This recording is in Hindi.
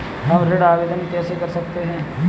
हम ऋण आवेदन कैसे कर सकते हैं?